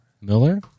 Miller